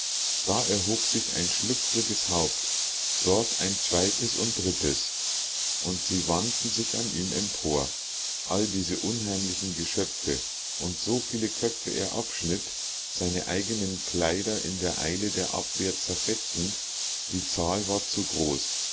da erhob sich ein schlüpfriges haupt dort ein zweites und drittes und sie wanden sich an ihm empor all diese unheimlichen geschöpfe und so viel köpfe er abschnitt seine eigenen kleider in der eile der abwehr zerfetzend die zahl war zu groß